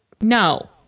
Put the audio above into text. no